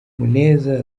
muneza